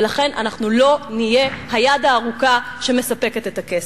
ולכן אנחנו לא נהיה היד הארוכה שמספקת את הכסף.